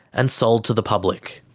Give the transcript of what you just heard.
and sold to the public.